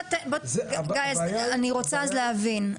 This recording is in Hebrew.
אני רוצה אז להבין,